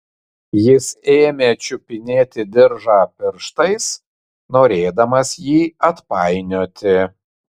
jis ėmė čiupinėti diržą pirštais norėdamas jį atpainioti